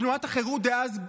תנועת החרות דאז,